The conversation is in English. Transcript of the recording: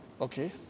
Okay